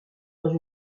dans